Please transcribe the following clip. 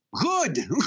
Good